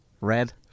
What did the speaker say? red